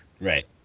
right